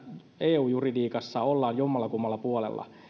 eu juridiikassa ollaan jommallakummalla puolella